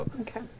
okay